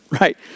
right